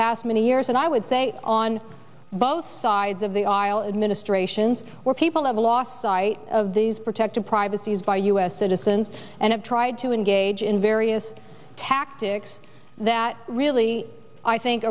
past many years and i would say on both sides of the aisle administrations where people have lost sight of these protective privacies by u s citizens and have tried to engage in various tactics that really i think